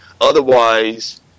Otherwise